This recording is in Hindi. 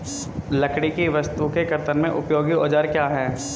लकड़ी की वस्तु के कर्तन में उपयोगी औजार क्या हैं?